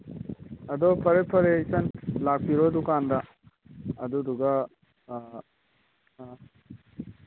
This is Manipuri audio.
ꯑꯗꯣ ꯐꯔꯦ ꯐꯔꯦ ꯏꯆꯟ ꯂꯥꯛꯄꯤꯔꯣ ꯗꯨꯀꯥꯟꯗ ꯑꯗꯨꯗꯒ ꯑꯥ ꯑꯥ